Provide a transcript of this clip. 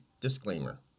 disclaimer